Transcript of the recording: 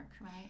right